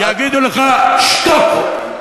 יגידו לך: שתוק.